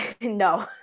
no